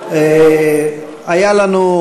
מאה אחוז.